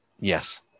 yes